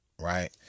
right